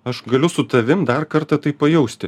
aš galiu su tavim dar kartą tai pajausti